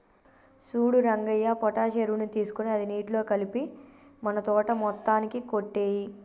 సూడు రంగయ్య పొటాష్ ఎరువుని తీసుకొని అది నీటిలో కలిపి మన తోట మొత్తానికి కొట్టేయి